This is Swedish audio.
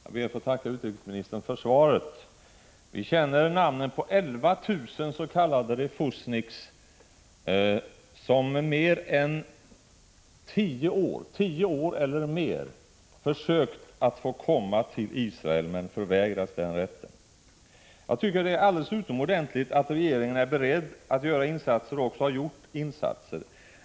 Herr talman! Jag ber att få tacka utrikesministern för svaret. Vi känner namnen på 11 000 s.k. refusniks som under tio år eller mer försökt att få komma till Israel men förvägrats den rätten. Det är alldeles utomordentligt att regeringen är beredd att göra insatser och också har gjort insatser.